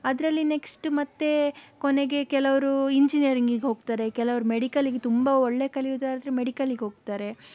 ಅದರಲ್ಲಿ ನೆಕ್ಸ್ಟ್ ಮತ್ತೆ ಕೊನೆಗೆ ಕೆಲವರು ಇಂಜಿನಿಯರಿಂಗಿಗೆ ಹೋಗ್ತಾರೆ ಕೆಲವರು ಮೆಡಿಕಲಿಗೆ ತುಂಬಾ ಒಳ್ಳೆ ಕಲಿಯುವುದಾದರೆ ಮೆಡಿಕಲಿಗೆ ಹೋಗ್ತಾರೆ